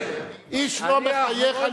איש לא מחייב,